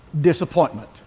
disappointment